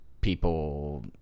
people